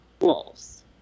wolves